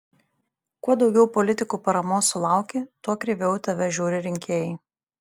kuo daugiau politikų paramos sulauki tuo kreiviau į tave žiūri rinkėjai